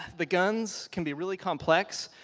the guns can be really complex,